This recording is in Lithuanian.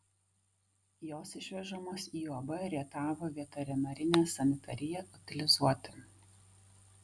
jos išvežamos į uab rietavo veterinarinę sanitariją utilizuoti